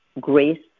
grace